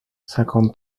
cinquante